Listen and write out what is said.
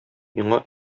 миңа